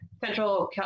central